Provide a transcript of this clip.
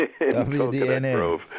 WDNA